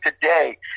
today